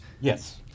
Yes